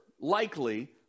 likely